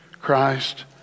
Christ